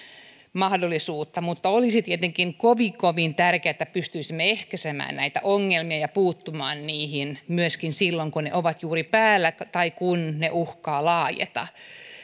mahdollisuutta mutta olisi tietenkin kovin kovin tärkeää että pystyisimme ehkäisemään näitä ongelmia ja puuttumaan niihin myöskin silloin kun ne ovat juuri päällä tai kun ne uhkaavat laajeta